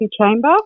chamber